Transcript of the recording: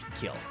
Kill